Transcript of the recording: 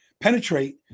penetrate